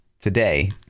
today